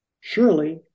surely